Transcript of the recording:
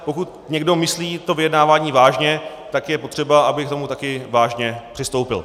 Pokud ale někdo myslí vyjednávání vážně, je potřeba, aby k tomu taky vážně přistoupil.